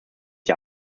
die